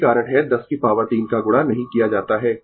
यही कारण है 10 की पॉवर 3 का गुणा नहीं किया जाता है